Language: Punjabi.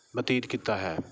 ਬਤੀਤ ਕੀਤਾ ਹੈ